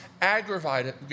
aggravated